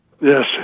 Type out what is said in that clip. Yes